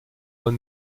von